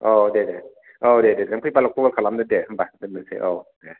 औ दे दे औ दे दे नों फैबाल' खबर खालामदो दे होनबा दोननोसै औ दे